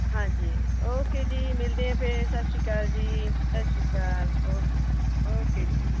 ਹਾਂਜੀ ਓਕੇ ਜੀ ਮਿਲਦੇ ਹਾਂ ਫਿਰ ਸਤਿ ਸ਼੍ਰੀ ਅਕਾਲ ਜੀ ਸਤਿ ਸ਼੍ਰੀ ਅਕਾਲ ਓਕੇ ਜੀ ਓਕੇ ਜੀ